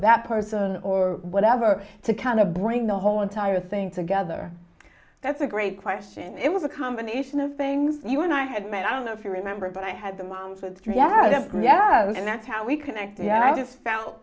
that person or whatever to kind of bring the whole entire thing together that's a great question it was a combination of things you and i had met i don't know if you remember but i had the moms with reality yeah and that's how we connect the i just f